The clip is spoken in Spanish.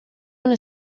una